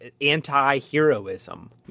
anti-heroism